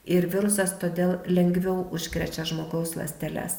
ir virusas todėl lengviau užkrečia žmogaus ląsteles